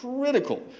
critical